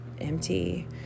empty